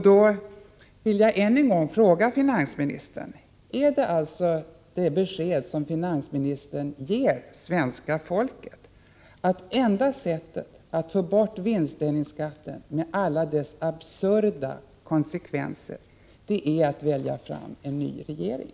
Då vill jag än en gång fråga finansministern: Är finansministerns besked till svenska folket att det enda sättet att få bort vinstdelningsskatten med alla dess absurda konsekvenser är att välja en ny regering?